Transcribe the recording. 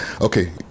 Okay